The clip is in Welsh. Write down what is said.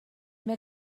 mae